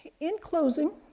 in closing,